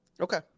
Okay